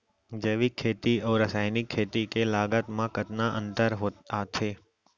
जैविक खेती अऊ रसायनिक खेती के लागत मा कतना अंतर आथे?